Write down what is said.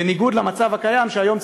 בניגוד למצב הקיים היום,